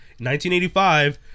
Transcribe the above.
1985